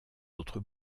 autres